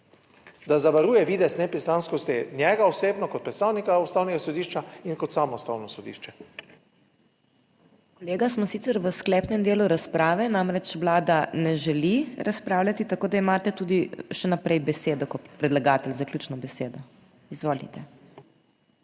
da zavaruje videz nepristranskosti njega osebno kot predstavnika Ustavnega sodišča in kot samo Ustavno sodišče. **PODPREDSEDNICA MAG. MEIRA HOT:** Kolega, smo sicer v sklepnem delu razprave, namreč Vlada ne želi razpravljati, tako da imate tudi še naprej besedo. Kot predlagatelj, zaključno besedo. Izvolite.